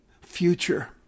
future